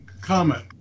comment